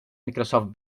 microsoft